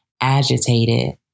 agitated